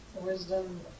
wisdom